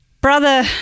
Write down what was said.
brother